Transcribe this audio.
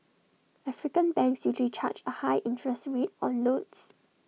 African banks usually charge A high interest rate on loans